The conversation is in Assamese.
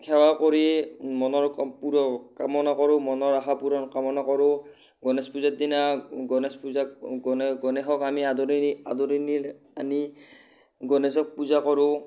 সেৱা কৰি মনৰ ক পূৰ' কামনা কৰোঁ মনৰ আশা পূৰণ কামনা কৰোঁ গণেশ পূজাৰ দিনা গণেশ পূজা গণ গণেশক আমি আদৰণী আদৰি নি আনি গণেশক পূজা কৰোঁ